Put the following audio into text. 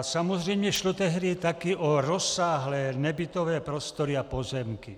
Samozřejmě šlo tehdy také o rozsáhlé nebytové prostory a pozemky.